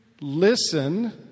listen